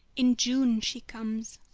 in june she comes.